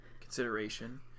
consideration